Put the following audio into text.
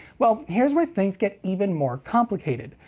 well, here's where things get even more complicated.